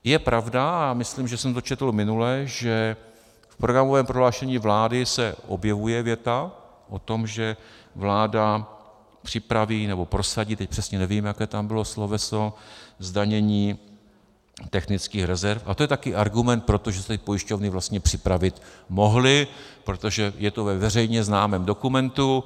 Je pravda, a myslím, že jsem to četl minule, že v programovém prohlášení vlády se objevuje věta o tom, že vláda připraví nebo prosadí teď přesně nevím, jaké tam bylo sloveso zdanění technických rezerv, a to je taky argument pro to, že se tady pojišťovny vlastně připravit mohly, protože je to ve veřejně známém dokumentu.